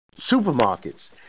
supermarkets